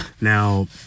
Now